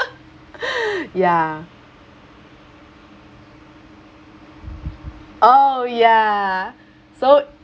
ya oh ya so